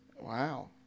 Wow